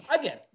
Again